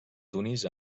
tunis